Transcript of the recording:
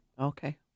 Okay